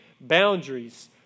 boundaries